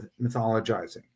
mythologizing